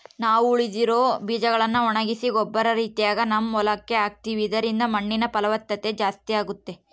ನಾವು ಉಳಿದಿರೊ ಬೀಜಗಳ್ನ ಒಣಗಿಸಿ ಗೊಬ್ಬರ ರೀತಿಗ ನಮ್ಮ ಹೊಲಕ್ಕ ಹಾಕ್ತಿವಿ ಇದರಿಂದ ಮಣ್ಣಿನ ಫಲವತ್ತತೆ ಜಾಸ್ತಾಗುತ್ತೆ